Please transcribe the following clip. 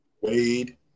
Wade